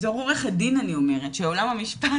בתור עורכת דין אני אומרת, שעולם המשפט